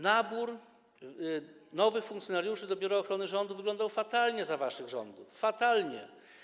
Nabór nowych funkcjonariuszy do Biura Ochrony Rządu wyglądał fatalnie za waszych rządów, fatalnie.